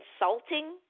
insulting